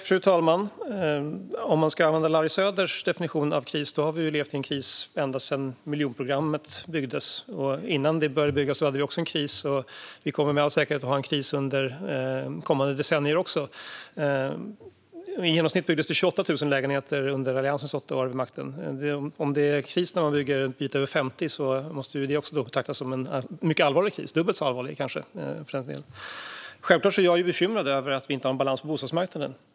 Fru talman! Om man ska använda Larry Söders definition av kris har vi levt i en kris ända sedan miljonprogrammets byggande. Dessförinnan hade vi också en kris, och vi kommer med all säkerhet att ha en kris också under kommande decennier. I genomsnitt byggdes 28 000 lägenheter under Alliansens åtta år vid makten. Om det är kris när man bygger en bit över 50 000 måste väl 28 000 betraktas som en mycket allvarlig kris, kanske dubbelt så allvarlig? Självfallet är jag bekymrad över att vi inte har balans på bostadsmarknaden.